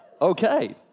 Okay